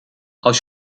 als